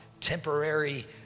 temporary